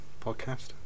podcast